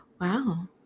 Wow